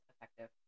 effective